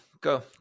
go